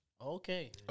Okay